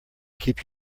keep